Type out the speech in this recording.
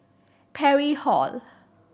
Parry Hall